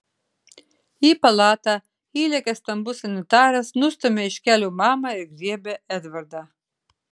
į palatą įlekia stambus sanitaras nustumia iš kelio mamą ir griebia edvardą